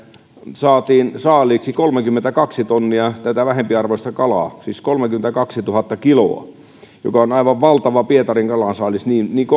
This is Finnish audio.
saatiin saaliiksi kolmekymmentäkaksi tonnia tätä vähempiarvoista kalaa siis kolmekymmentäkaksi tuhatta kiloa joka on aivan valtava pietarin kalansaalis